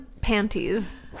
panties